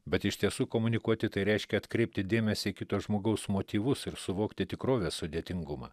bet iš tiesų komunikuoti tai reiškia atkreipti dėmesį į kito žmogaus motyvus ir suvokti tikrovės sudėtingumą